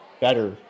better